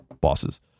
bosses